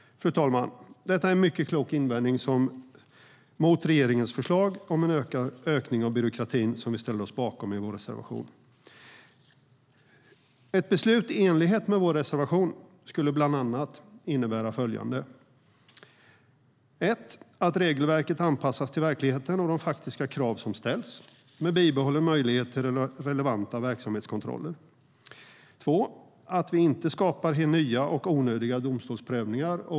Fru talman! Detta är en mycket klok invändning mot regeringens förslag om en ökning av byråkratin som vi ställer oss bakom i vår reservation. Ett beslut i enlighet med vår reservation skulle bland annat innebära följande. Att regelverket anpassas till verkligheten och de faktiska krav som ställs med bibehållen möjlighet till den relevanta verksamhetskontrollen. Att vi inte skapar nya och onödiga domstolsprövningar.